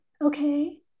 okay